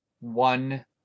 One